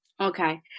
Okay